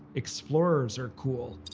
explorers are cool.